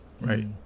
Right